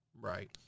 Right